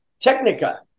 Technica